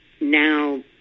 now